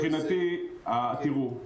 תראו,